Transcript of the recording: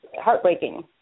heartbreaking